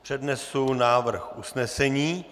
Přednesu návrh usnesení.